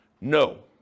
No